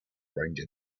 ranger